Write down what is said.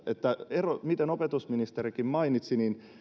erot mitä opetusministerikin mainitsi